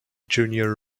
junior